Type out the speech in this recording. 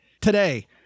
today